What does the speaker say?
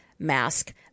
Mask